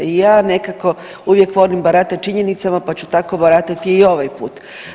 I ja nekako uvijek volim baratati činjenicama, pa ću tako baratati i ovaj put.